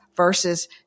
versus